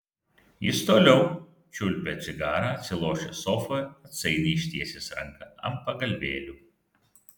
jis toliau čiulpė cigarą atsilošęs sofoje atsainiai ištiesęs ranką ant pagalvėlių